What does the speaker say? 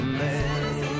man